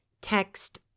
text